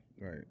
Right